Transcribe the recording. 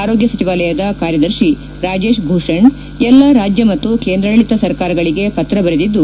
ಆರೋಗ್ಯ ಸಚಿವಾಲಯದ ಕಾರ್ಯದರ್ಶಿ ರಾಜೇಶ್ ಭೂಷಣ್ ಎಲ್ಲಾ ರಾಜ್ಯ ಮತ್ತು ಕೇಂದ್ರಾಡಳಿತ ಸರ್ಕಾರಗಳಿಗೆ ಪತ್ರ ಬರೆದಿದ್ದು